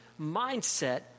mindset